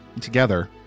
together